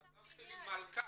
כתבתם לי "מלכ"ר".